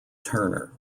turner